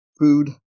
food